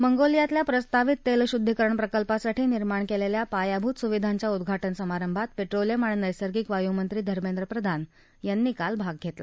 मंगोलियातल्या प्रस्तावित तृष्प्रिद्वीकरण प्रकल्पासाठी निर्माण कळिखा पायाभूत सुविधांच्या उद्वाउ समारंभात प्रिलियम आणि नद्वर्शिक वायू मंत्री धर्मेंद्र प्रधान यांनी काल भाग घस्का